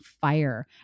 fire